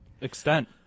extent